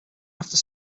after